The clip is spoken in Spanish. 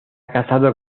casado